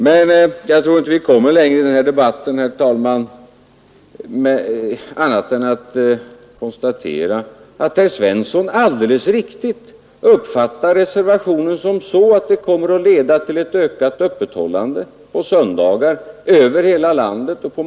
Men, herr talman, jag tror inte att vi kommer längre i den här debatten än till att konstatera att herr Svensson i Kungälv alldeles riktigt uppfattar reservationen så att det kommer att leda till ett ökat öppethållande på söndagar över hela landet.